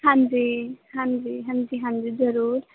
ਹਾਂਜੀ ਹਾਂਜੀ ਹਾਂਜੀ ਹਾਂਜੀ ਜ਼ਰੂਰ